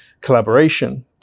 collaboration